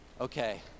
Okay